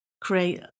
create